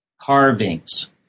carvings